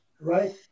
right